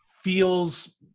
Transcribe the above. feels